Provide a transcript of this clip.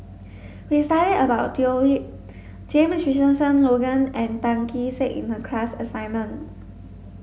we studied about Leo Yip James Richardson Logan and Tan Kee Sek in the class assignment